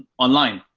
online,